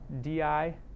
di